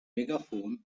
megaphone